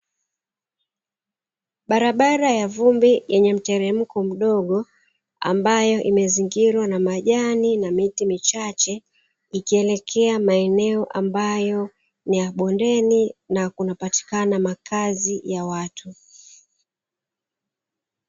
Barbara ya vumbi yenye mtelemko mdogo ambayo imezingirwa na majani na miti michache, ikielekea maeneo ambayo ni ya boneni na kunapatikana makazi ya watu.